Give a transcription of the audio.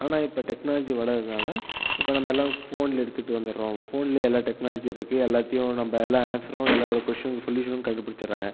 ஆனால் இப்போ டெக்னாலஜி வளர்றதுனாலே இப்போ நம்பெல்லாம் போனில் எடுத்துகிட்டு வந்துடுறோம் போன்லேயே எல்லா டெக்னாலஜியும் இருக்குது எல்லாத்தையும் நம்ப எல்லா ஆன்சரும் எல்லாரோடய கொஸ்டினும் சொல்யூசனும் கண்டுபுடிச்சுடுறாங்க